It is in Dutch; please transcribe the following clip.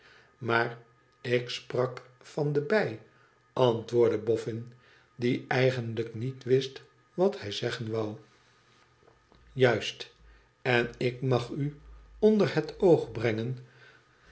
maar ik sprak van de bij antwoordde boffin die eigenlijk niet wist wat hij zeggen zou juist en mag ik u onder het oog brengen